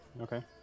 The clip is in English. okay